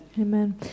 Amen